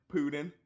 Putin